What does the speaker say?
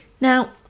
Now